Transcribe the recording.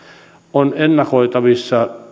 on ennakoitavissa